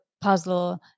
puzzle